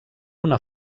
una